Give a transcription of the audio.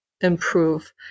improve